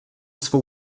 svou